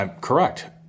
Correct